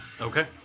Okay